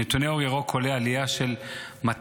מנתוני אור ירוק עולה עלייה של 233%